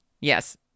yes